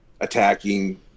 attacking